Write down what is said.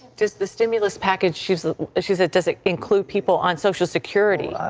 does the stimulus package she she said does it include people on social security?